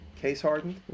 case-hardened